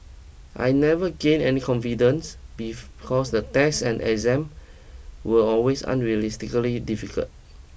I never gained any confidence beef cause the test and exam were always unrealistically difficult